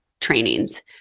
trainings